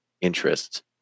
interests